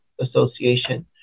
Association